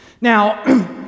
Now